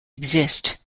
exist